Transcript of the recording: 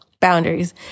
boundaries